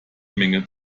menge